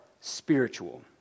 spiritual